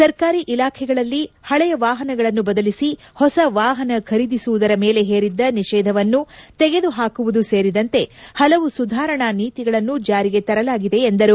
ಸರ್ಕಾರಿ ಇಲಾಖೆಗಳಲ್ಲಿ ಹಳೆಯ ವಾಹನಗಳನ್ನು ಬದಲಿಸಿ ಹೊಸ ವಾಹನ ಖರೀದಿಸುವದರ ಮೇಲೆ ಹೇರಿದ್ದ ನಿಷೇಧವನ್ನು ತೆಗೆದು ಹಾಕುವುದು ಸೇರಿದಂತೆ ಹಲವು ಸುಧಾರಣಾ ನೀತಿಗಳನ್ನು ಜಾರಿಗೆ ತರಲಾಗಿದೆ ಎಂದರು